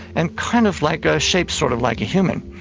and kind of like ah shaped sort of like a human.